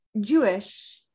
Jewish